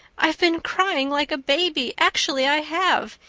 i've been crying like a baby, actually i have.